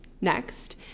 Next